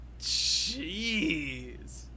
Jeez